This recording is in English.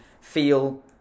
feel